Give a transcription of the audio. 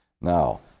Now